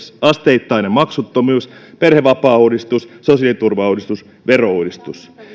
asteittainen maksuttomuus perhevapaauudistus sosiaaliturvauudistus verouudistus